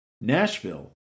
Nashville